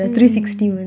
mm